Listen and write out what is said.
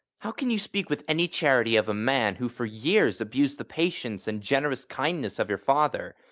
how can you speak with any charity of a man who for years abused the patience and generous kindness of your father,